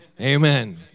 Amen